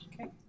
Okay